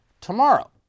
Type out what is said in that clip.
tomorrow